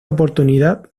oportunidad